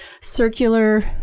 circular